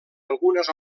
algunes